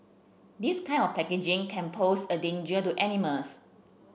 this kind of packaging can pose a danger to animals